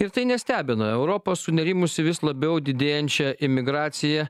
ir tai nestebina europa sunerimusi vis labiau didėjančią imigraciją